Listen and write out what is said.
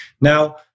Now